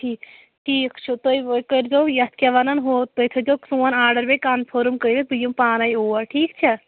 تی ٹھیٖک چھُ تُہۍ وٲتۍ کٔرۍزیو یَتھ کیٛاہ وَنان ہُہ تُہۍ تھٔےزیٚو سون آرڈَر بیٚیہِ کَنفٲرٕم کٔرِتھ بہٕ یِمہٕ پانَے اور ٹھیٖک چھا